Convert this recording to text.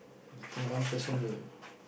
think one person will